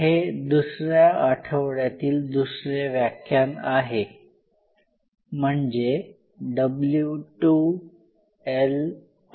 हे दुसऱ्या आठवड्यातील दुसरे व्याख्यान आहे म्हणजे W 2 L 2